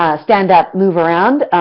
stand up, move around.